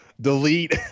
Delete